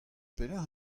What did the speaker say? pelecʼh